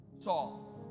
Saul